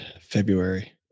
February